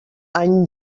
any